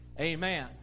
Amen